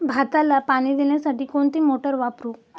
भाताला पाणी देण्यासाठी कोणती मोटार वापरू?